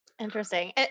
Interesting